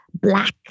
black